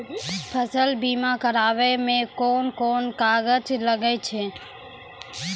फसल बीमा कराबै मे कौन कोन कागज लागै छै?